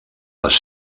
les